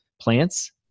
plants